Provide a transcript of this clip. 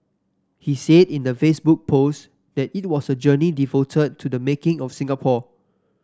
he said in the Facebook post that it was a journey devoted to the making of Singapore